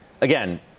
Again